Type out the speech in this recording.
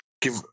give